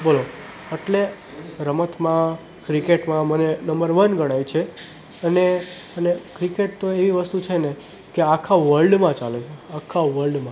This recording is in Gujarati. બોલો અટલે રમતમાં ક્રિકેટમાં મને નંબર વન ગણાય છે અને અને ક્રિકેટ તો એવી વસ્તુ છે ને આખા વર્લ્ડમાં ચાલે છે આખા વર્લ્ડમાં